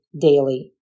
daily